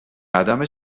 قدم